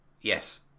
Yes